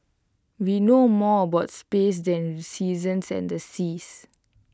we know more about space than seasons and the seas